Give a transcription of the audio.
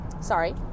sorry